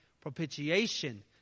propitiation